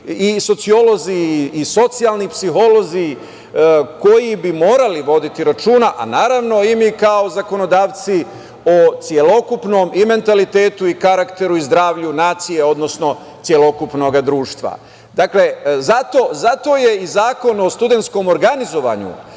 i sociolozi i socijalni psiholozi koji bi morali voditi računa, a naravno i mi kao zakonodavci o celokupnom i mentalitetu i karakteru i zdravlju nacije, odnosno celokupnog društva. Dakle, zato je i Zakon o studentskom organizovanju,